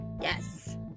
Yes